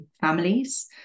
families